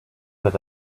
that